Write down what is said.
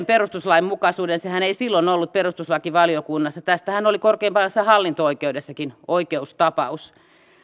perustuslainmukaisuuden sehän ei silloin ollut perustuslakivaliokunnassa tästähän oli korkeimmassa hallinto oikeudessakin oikeustapaus